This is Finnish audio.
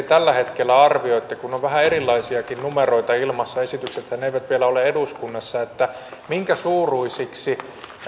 tällä hetkellä arvioitte kun on vähän erilaisiakin numeroita ilmassa esityksethän eivät vielä ole eduskunnassa minkä suuruisiksi